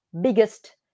biggest